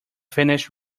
finished